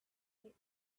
late